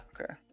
Okay